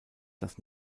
das